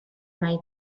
nahi